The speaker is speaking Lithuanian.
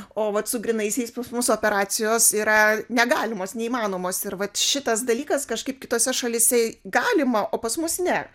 o vat su grynaisiais pas mus operacijos yra negalimos neįmanomos ir vat šitas dalykas kažkaip kitose šalyse galima o pas mus ne